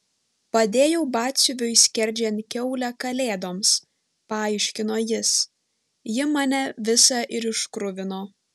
padėjau batsiuviui skerdžiant kiaulę kalėdoms paaiškino jis ji mane visą ir iškruvino